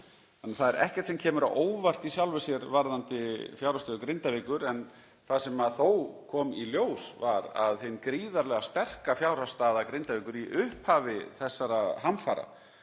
Það er því ekkert sem kemur á óvart í sjálfu sér varðandi fjárhagsstöðu Grindavíkur en það sem þó kom í ljós var að hin gríðarlega sterka fjárhagsstaða Grindavíkur í upphafi þessara hamfara